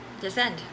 descend